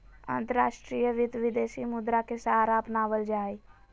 अंतर्राष्ट्रीय वित्त, विदेशी मुद्रा के सहारा अपनावल जा हई